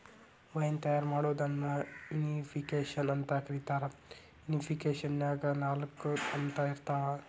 wine ತಯಾರ್ ಮಾಡೋದನ್ನ vinification ಅಂತ ಕರೇತಾರ, ವಿನಿಫಿಕೇಷನ್ನ್ಯಾಗ ನಾಲ್ಕ ಹಂತ ಇರ್ತಾವ